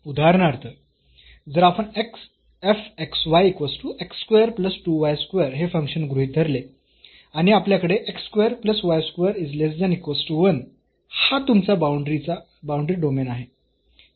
तर उदाहरणार्थ जर आपण हे फंक्शन गृहीत धरले आणि आपल्याकडे हा तुमचा बाऊंडरी डोमेन आहे